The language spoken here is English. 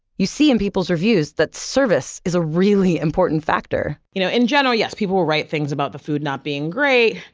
you see in peoples' reviews that service is a really important factor you know, in general, yes, people will write things about the food not being great,